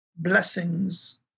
blessings